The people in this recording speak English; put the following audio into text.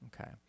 Okay